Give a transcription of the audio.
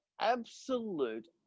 absolute